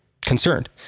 concerned